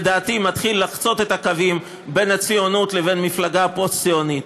לדעתי מתחיל לחצות את הקווים בין הציונות לבין מפלגה פוסט-ציונית.